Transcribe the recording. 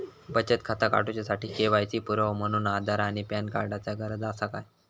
बचत खाता काडुच्या साठी के.वाय.सी पुरावो म्हणून आधार आणि पॅन कार्ड चा गरज आसा काय?